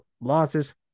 losses